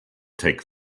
take